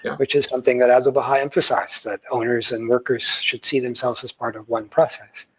yeah which is something that abdu'l-baha emphasizes, that owners and workers should see themselves as part of one process.